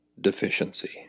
deficiency